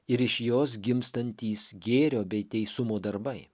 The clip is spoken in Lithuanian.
ir iš jos gimstantys gėrio bei teisumo darbai